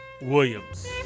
Williams